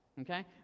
Okay